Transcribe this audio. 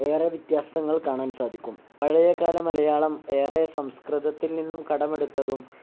ഏറെ വ്യത്യാസ്തങ്ങൾ കാണാൻ സാധിക്കും പഴയ കാല മലയാളം ഏറെ സംസ്കൃതത്തിൽ നിന്നും കടമെടുത്തതും